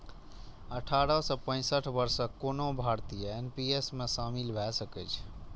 अठारह सं पैंसठ वर्षक कोनो भारतीय एन.पी.एस मे शामिल भए सकै छै